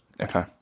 Okay